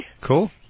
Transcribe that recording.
Cool